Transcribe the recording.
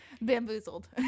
Bamboozled